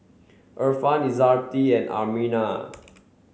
Irfan Izzati and Aminah